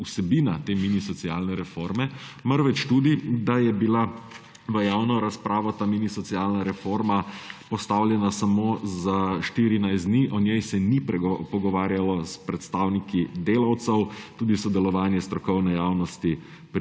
vsebina te mini socialne reforme, marveč tudi, da je bila v javno razpravo ta mini socialna reforma postavljena samo za 14 dni. O njej se ni pogovarjalo s predstavniki delavcev, tudi sodelovanje strokovne javnosti